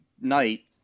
night